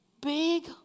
big